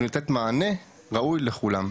ולתת מענה ראוי לכולם.